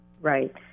Right